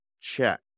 check